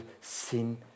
sin